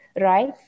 right